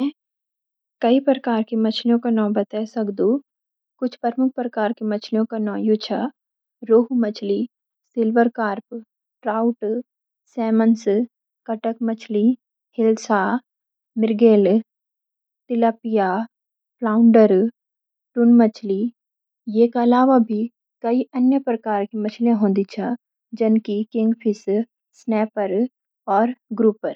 मैं कई प्रकार की मछलियों का नौ बते सकदु। कुछ प्रमुख प्रकार की मछलियों का नौ यू छ: रोहू मछली (Rohu) silver carp (Silver Carp) trout (Trout) salmons (Salmon) कटक मछली (Catfish) hilsa (Hilsa) mrigal (Mrigal) tilapia (Tilapia) flounder (Flounder) tuna मछली (Tuna)